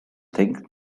think